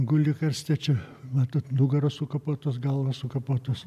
guli karste čia matot nugaros sukapotos galvos sukapotos